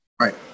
right